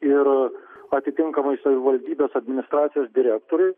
ir atitinkamai savivaldybės administracijos direktoriui